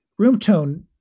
Roomtone